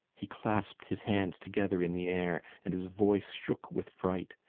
he clasped his hands together in the air and his voice shook with fright.